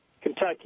Kentucky